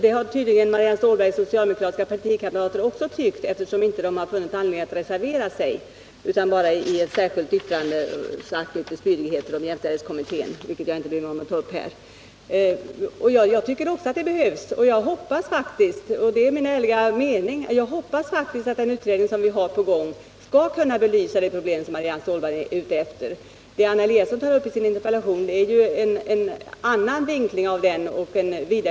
Det har tydligen Marianne Stålbergs partikamrater i utskottet också tyckt, eftersom de inte funnit anledning att reservera sig utan bara i ett särskilt yttrande framfört några spydigheter om jämställdhetskommittén som jag nu inte bryr mig om att ta upp. Jag hoppas faktiskt — det är min ärliga mening — att den utredning som nu arbetar skall kunna belysa de problem som Marianne Stålberg tar upp. Det som Anna Eliasson tar upp i sin interpellation är en annan vinkling av det här problemet.